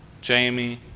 jamie